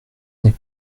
n’est